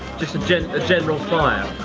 just a general. general fire!